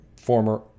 former